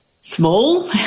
small